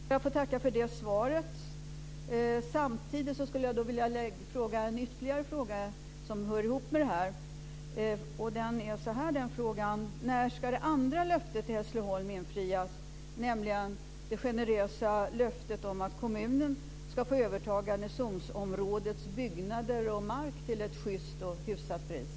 Fru talman! Jag får tacka för det svaret. Samtidigt skulle jag vilja ställa ytterligare en fråga som hör ihop med det här. Den frågan lyder: När ska det andra löftet till Hässleholm infrias, nämligen det generösa löftet om att kommunen ska få överta garnisonsområdets byggnader och mark till ett just och hyfsat pris?